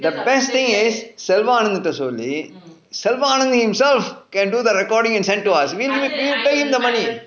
the best thing is selva anand கிட்ட சொல்லி:kitta solli selva anandh himself can do the recording and send to us we we we pay him the money